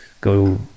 go